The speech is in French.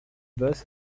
basse